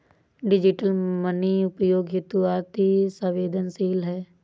digital money उपयोग हेतु अति सवेंदनशील है